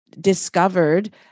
discovered